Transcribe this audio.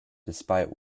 despite